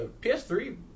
PS3